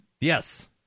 yes